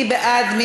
מי בעד?